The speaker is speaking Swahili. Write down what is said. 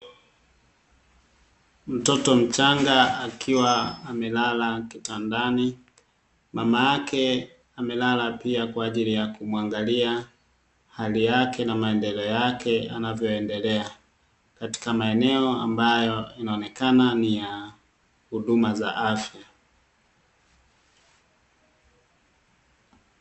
Mtoto mchanga akiwa amelala kitandani, mama yake amelala pia kwa ajili ya kumuangalia hali yake na maendeleo yake anavyoendelea katika maeneo ambayo yanaonekana ni ya huduma za afya.